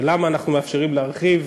למה אנחנו מאפשרים להרחיב.